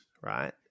right